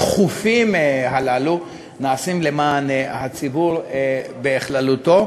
והתכופים הללו, נעשה למען הציבור בכללותו,